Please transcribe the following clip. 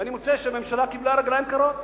ואני מוצא שהממשלה קיבלה רגליים קרות.